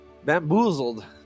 Bamboozled